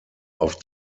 auf